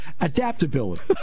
Adaptability